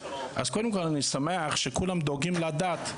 אז קודם כל אני שמח שכולם דואגים לדת,